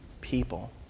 people